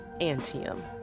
Antium